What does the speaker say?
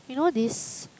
you know this